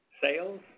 sales